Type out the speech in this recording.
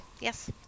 Yes